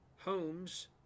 homes